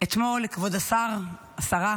כבוד השר, השרה,